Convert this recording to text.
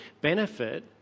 benefit